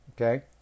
Okay